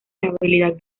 estabilidad